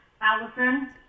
Allison